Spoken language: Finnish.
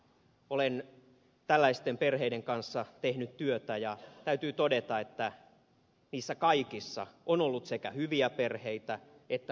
olen tällaisten perheiden kanssa tehnyt työtä ja täytyy todeta että niissä kaikissa on ollut sekä hyviä perheitä että huonoja perheitä